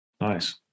Nice